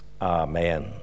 Amen